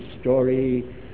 story